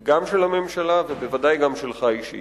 גם של הממשלה ובוודאי גם שלך אישית.